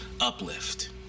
uplift